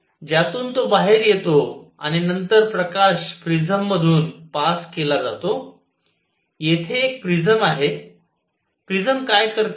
ज्यातून तो बाहेर येतो आणि नंतर प्रकाश प्रिझममधून पास केला जातो येथे एक प्रिझम आहे प्रिझम काय करते